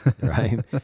right